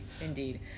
Indeed